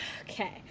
Okay